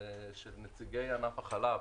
של נציגי ענף החלב,